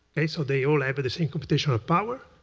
they so they all have the same computation of power.